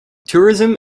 tourism